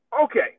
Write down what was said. Okay